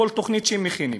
בכל תוכנית שהם מכינים.